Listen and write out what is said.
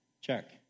check